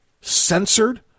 censored